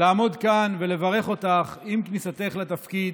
לעמוד כאן ולברך אותך עם כניסתך לתפקיד.